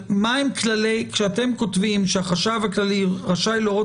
כשאתם כותבים שהחשב הכללי רשאי להורות